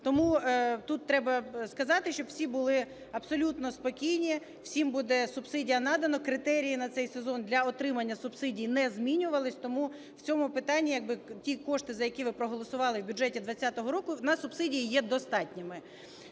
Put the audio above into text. Тому тут треба сказати, щоб всі були абсолютно спокійні, всім буде субсидія надана, критерії на цей сезон для отримання субсидій не змінювались. Тому в цьому питанні як би ті кошти, за які ви проголосували в бюджеті 20-го року, на субсидії є достатніми.